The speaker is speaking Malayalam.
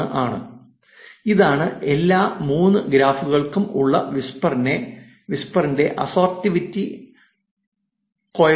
011 ആണ് ഇതാണ് എല്ലാ 3 ഗ്രാഫുകൾക്കും ഉള്ള വിസ്പറിന്റെ അസ്സോർടെറ്റിവിറ്റി കോഎഫ്ഫിഷിയൻറ്